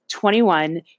21